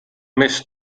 més